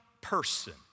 person